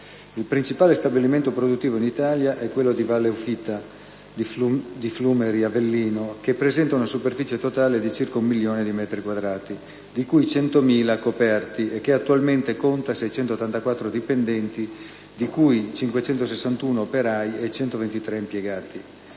Il principale stabilimento produttivo in Italia è quello di Valle Ufita di Flumeri (Avellino), che presenta una superficie totale di circa un milione di metri quadri, di cui 100.000 coperti, e che attualmente conta 684 dipendenti, di cui 561 operai e 123 impiegati.